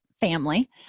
family